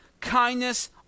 kindness